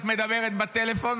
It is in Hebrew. את מדברת בטלפון.